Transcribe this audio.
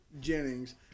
jennings